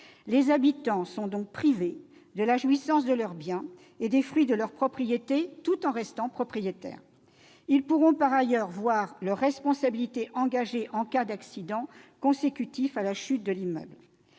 Les habitants sont donc privés de la jouissance de leur bien et des fruits de leur propriété, tout en restant propriétaires ; ils pourront par ailleurs voir leur responsabilité engagée en cas d'accident consécutif à la chute de l'immeuble.